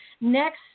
Next